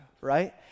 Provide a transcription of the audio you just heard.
right